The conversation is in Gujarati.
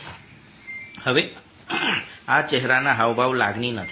હવે આ ચહેરાના હાવભાવ લાગણી નથી